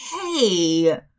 hey